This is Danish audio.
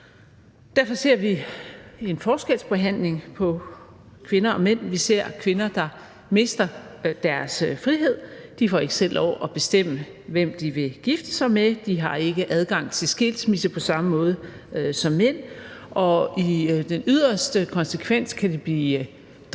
Derfor ser vi en forskelsbehandling på kvinder og mænd. Vi ser kvinder, der mister deres frihed: De får ikke selv lov at bestemme, hvem de vil gifte sig med, de har ikke adgang til skilsmisse på samme måde som mænd, og i den yderste konsekvens kan de blive dræbt